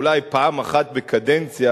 אולי פעם אחת בקדנציה,